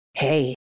Hey